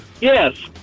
Yes